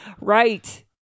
Right